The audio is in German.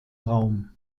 raum